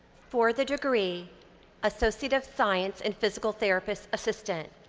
for the degree associate of science and physical therapist assistant,